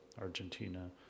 Argentina